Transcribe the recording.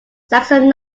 saxon